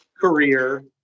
Career